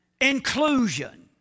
inclusion